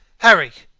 harry!